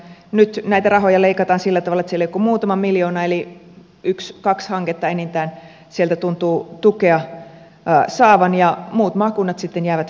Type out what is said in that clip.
nyt näitä rahoja leikataan sillä tavalla että siellä ei ole kuin muutama miljoona eli yksi kaksi hanketta enintään sieltä tuntuu tukea saavan ja muut maakunnat sitten jäävät mopen osalle